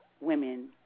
women